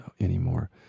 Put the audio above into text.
anymore